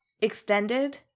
extended